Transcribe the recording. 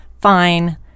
fine